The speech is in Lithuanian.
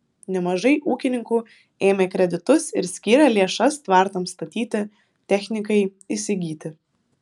nemažai ūkininkų ėmė kreditus ir skyrė lėšas tvartams statyti technikai įsigyti